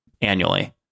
annually